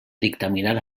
dictaminar